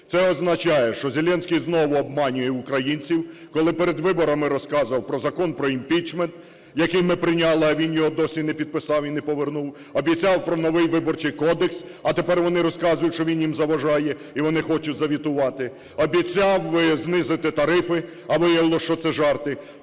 Це означає, що Зеленський знову обманює українців. Коли перед виборами розказував про Закон про імпічмент, який ми прийняли, а він його досі не підписав і не повернув. Обіцяв про новий Виборчий кодекс, а тепер вони розказують, що він їм заважає, і вони хочуть заветувати. Обіцяв знизити тарифи, а виявилось, що це жарти.